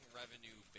revenue